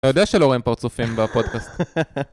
אתה יודע שלא רואים פרצופים בפודקאסט.